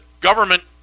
government